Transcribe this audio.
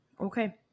okay